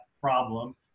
problem